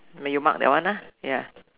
then you mark that one ah ya